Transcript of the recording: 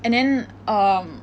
and then um